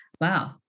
Wow